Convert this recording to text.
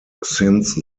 since